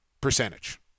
percentage